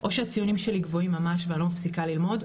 או שהציונים שלי גבוהים ממש ואני לא מפסיקה ללמוד,